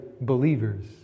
believers